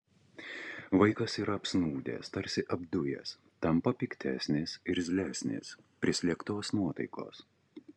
vaikas yra apsnūdęs tarsi apdujęs tampa piktesnis irzlesnis prislėgtos nuotaikos